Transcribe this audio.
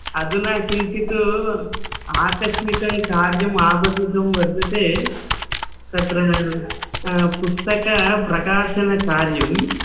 अधुना किञ्चित् आकस्मिकं कार्यमापतितं वर्तते तत्र पुस्तकप्रकाशनकार्यं